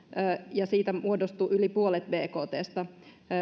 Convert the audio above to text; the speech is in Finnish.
ja siitä muodostui yli puolet bktsta